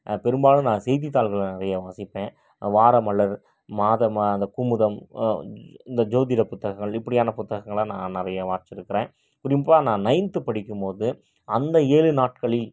பெரும்பாலும் நான் செய்தித்தாள்கள் நிறையா வாசிப்பேன் வார மலர் மாத அந்த குமுதம் இந்த ஜோதிட புத்தகங்கள் இப்படியான புத்தகங்களை நான் நிறைய வாசிச்சுருக்குறேன் குறிப்பாக நான் நயன்த்து படிக்கும் போது அந்த ஏழு நாட்களில்